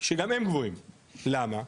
שגם הם גבוהים, למה?